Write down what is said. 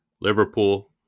Liverpool